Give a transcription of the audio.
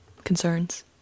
concerns